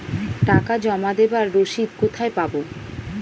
টাকা জমা দেবার রসিদ কোথায় পাব?